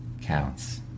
counts